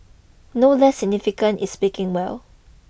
no less significant is speaking well